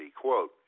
Quote